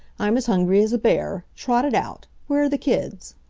i'm as hungry as a bear. trot it out. where are the kids?